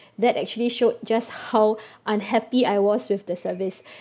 that actually showed just how unhappy I was with the service